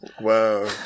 Whoa